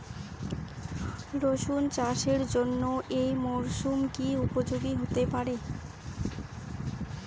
রসুন চাষের জন্য এই মরসুম কি উপযোগী হতে পারে?